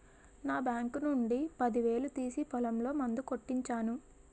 నా బాంకు నుండి పదివేలు తీసి పొలంలో మందు కొట్టించాను